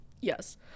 Yes